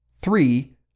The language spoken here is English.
Three